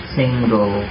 single